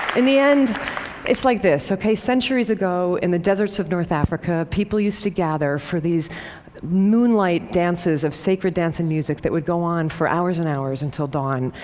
in the end it's like this, ok centuries ago in the deserts of north africa, people used to gather for these moonlight dances of sacred dance and music that would go on for hours and hours, until dawn.